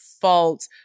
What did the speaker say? fault